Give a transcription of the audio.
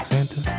Santa